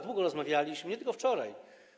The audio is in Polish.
Długo rozmawialiśmy, nie tylko wczoraj.